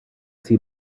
see